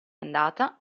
andata